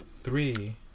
three